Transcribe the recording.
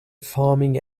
farming